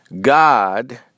God